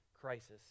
crisis